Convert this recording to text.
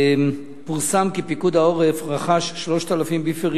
פורסם כי פיקוד העורף רכש 3,000 ביפרים